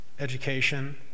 education